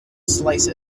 slice